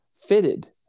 fitted